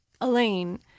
Elaine